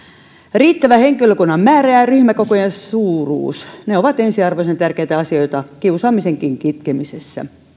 riittävä henkilökunnan määrä ja ja ryhmäkokojen suuruus ovat ensiarvoisen tärkeitä asioita kiusaamisenkin kitkemisessä